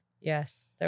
Yes